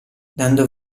dando